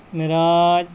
معراج